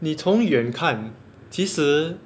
你从远看其实